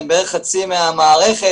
הם בערך חצי מהמערכת,